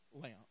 lamp